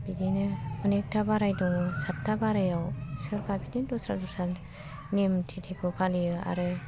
बिदिनो अनेक था बाराय दङ सातथा बारायाव सोरबा बिदिनो दस्रा दस्रा नियम थिथिखौ फालियो आरो